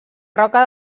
roca